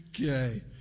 Okay